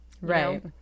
Right